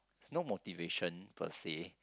no motivation per se